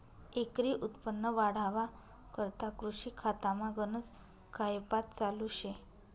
एकरी उत्पन्न वाढावा करता कृषी खातामा गनज कायपात चालू शे